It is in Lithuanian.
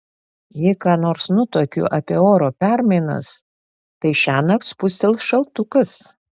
jei ką nors nutuokiu apie oro permainas tai šiąnakt spustels šaltukas